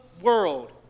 world